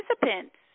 participants